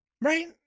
Right